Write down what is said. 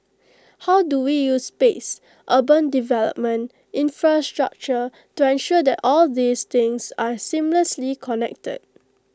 how do we use space urban development infrastructure to ensure that all these things are seamlessly connected